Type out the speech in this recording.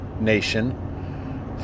nation